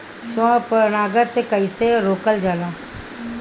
स्व परागण कइसे रोकल जाला?